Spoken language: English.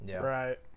right